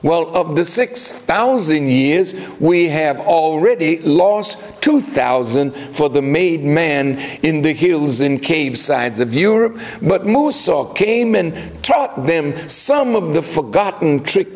well of the six thousand years we have already lost two thousand for the made man in the heels in caves sides of europe but most all came and taught them some of the forgotten trick